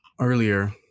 earlier